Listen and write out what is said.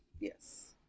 Yes